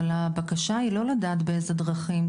אבל הבקשה היא לא לדעת באילו דרכים,